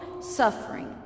suffering